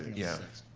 yeah,